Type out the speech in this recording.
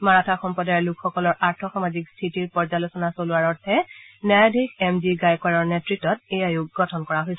মাৰাথা সম্প্ৰদায়ৰ লোকসকলৰ আৰ্থ সামাজিক স্থিতিৰ পৰ্যালোচনা চলোৱাৰ অৰ্থে ন্যায়াধীশ এম জি গায়কোৱাৰৰ নেতৃত্বত এই আয়োগ গঠন কৰা হৈছে